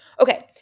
Okay